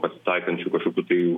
pasitaikančių kažkokių tai